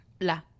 La